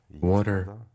water